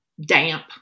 damp